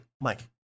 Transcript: Mike